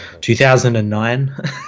2009